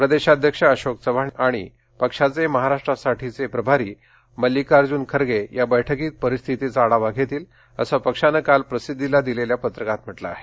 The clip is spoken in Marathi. प्रदेशाध्यक्ष अशोक चव्हाण आणि पक्षाचे महाराष्ट्रासाठीचे प्रभारी मल्लिकार्जून खरगे या बैठकीत परिस्थितीचा आढावा घेतील असं पक्षानं काल प्रसिद्धीला दिलेल्या पत्रकात म्हटलं आहे